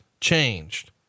changed